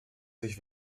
sich